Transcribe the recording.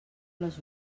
les